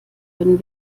können